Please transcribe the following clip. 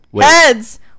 Heads